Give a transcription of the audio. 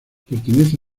pertenece